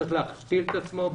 צריך להכפיל את עצמו.